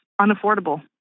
unaffordable